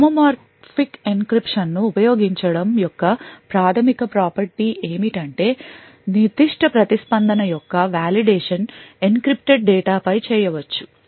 homomorphic encryption ను ఉపయోగించడం యొక్క ప్రాథమిక ప్రాపర్టీ ఏమిటంటే నిర్దిష్ట ప్రతిస్పందన యొక్క వాలిడేషన్ encrypted డేటాపై చేయవచ్చు